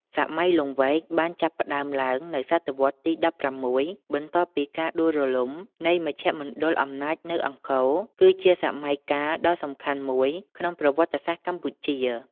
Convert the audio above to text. សម័យលង្វែក បានចាប់ផ្ដើមឡើងនៅសតវត្សរ៍ទី ១៦ បន្ទាប់ពីការដួលរលំនៃមជ្ឈមណ្ឌលអំណាចនៅអង្គរ គឺជាសម័យកាលដ៏សំខាន់មួយក្នុងប្រវត្តិសាស្ត្រកម្ពុជា។